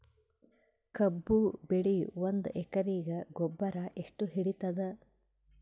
ಕಬ್ಬು ಬೆಳಿ ಒಂದ್ ಎಕರಿಗಿ ಗೊಬ್ಬರ ಎಷ್ಟು ಹಿಡೀತದ?